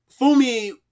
Fumi